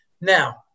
Now